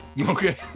Okay